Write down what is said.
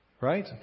Right